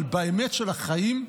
אבל באמת של החיים,